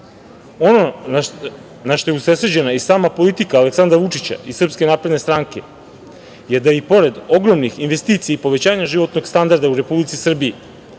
na šta je usredsređena i sama politika Aleksandra Vučića i SNS je da i pored ogromnih investicija i povećanja životnog standarda u Republici Srbiji,